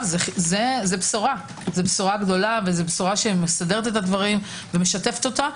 זאת בשורה גדולה ומסדרת את הדברים ומשתפת אותה.